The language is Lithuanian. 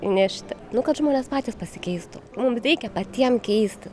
įnešti nu kad žmonės patys pasikeistų mum reikia patiem keisti